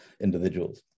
individuals